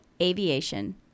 aviation